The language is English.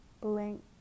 blank